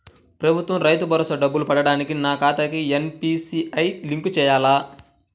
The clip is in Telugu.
ప్రభుత్వ రైతు భరోసా డబ్బులు పడటానికి నా ఖాతాకి ఎన్.పీ.సి.ఐ లింక్ చేయాలా?